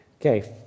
Okay